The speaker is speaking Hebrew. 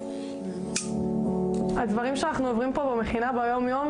ובשנה הבאה אנחנו אמורים לפתוח גם שלוש מכינות נוספות,